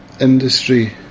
industry